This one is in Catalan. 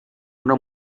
una